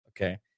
Okay